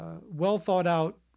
well-thought-out